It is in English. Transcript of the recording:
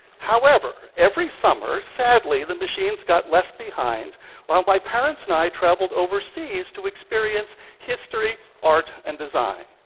however, every summer, sadly, the machines got left behind while my parents and i traveled overseas to experience history, art and design.